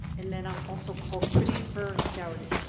and then i'll also call christopher daugherty.